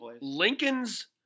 Lincoln's